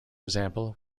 example